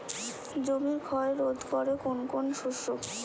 জমির ক্ষয় রোধ করে কোন কোন শস্য?